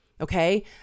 Okay